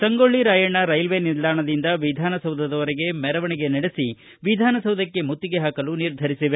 Sangolli Rayanna railway ನಿಲ್ದಾಣದಿಂದ ವಿಧಾನಸೌಧದವರೆಗೆ ಮೆರವಣಿಗೆ ನಡೆಸಿ ವಿಧಾನಸೌಧಕ್ಕೆ ಮುತ್ತಿಗೆ ಹಾಕಲು ನಿರ್ಧರಿಸಿದೆ